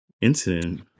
incident